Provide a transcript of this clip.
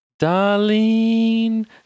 Darlene